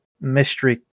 mystery